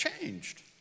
changed